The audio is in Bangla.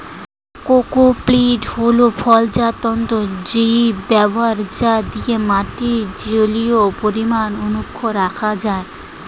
কোকোপীট হল ফলজাত তন্তুর জৈব ব্যবহার যা দিয়ে মাটির জলীয় পরিমাণ অক্ষুন্ন রাখা যায়